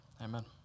Amen